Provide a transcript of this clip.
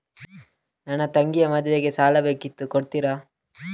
ನನ್ನ ತಂಗಿಯ ಮದ್ವೆಗೆ ಸಾಲ ಬೇಕಿತ್ತು ಕೊಡ್ತೀರಾ?